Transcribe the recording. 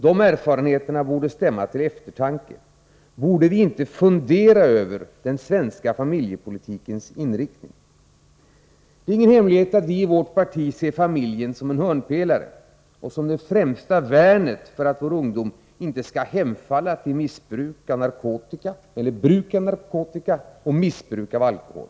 De erfarenheterna borde stämma till eftertanke. Borde vi inte fundera över den svenska familjepolitikens inriktning? Det är ingen hemlighet att vi i vårt parti ser familjen som en hörnpelare och som det främsta värnet för att vår ungdom inte skall hemfalla till bruk av narkotika och till missbruk av alkohol.